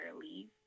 leave